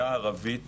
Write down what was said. -- הערבית